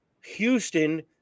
Houston